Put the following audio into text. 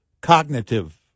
cognitive